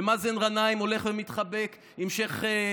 ומאזן גנאים הולך ומתחבק עם שייח'